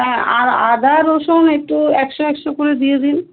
আর আ আদা রসুন একটু একশো একশো করে দিয়ে দিন